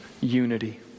unity